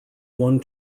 one